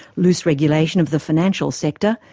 loose regulation of the financial sector,